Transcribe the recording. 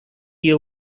year